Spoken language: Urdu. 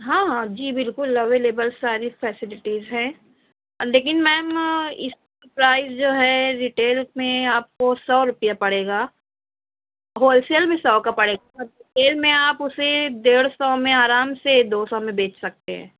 ہاں ہاں جی بالکل اویلیبل ساری فیسیلیٹیز ہے لیکن میم اس کا پرائیز جو ہے ریٹیل میں آپ کو سو روپیہ پڑے گا ہول سیل بھی سو کا پڑے گا ریٹیل میں آپ اسے دیڑھ سو میں آرام سے دو سو میں بیچ سکتے ہیں